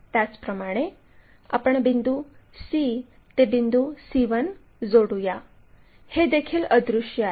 त्याचप्रमाणे आपण बिंदू c ते बिंदू c1 जोडूया हे देखील अदृश्य आहे